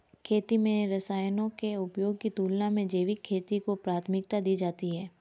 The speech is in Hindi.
खेती में रसायनों के उपयोग की तुलना में जैविक खेती को प्राथमिकता दी जाती है